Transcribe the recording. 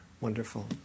wonderful